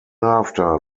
after